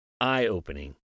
eye-opening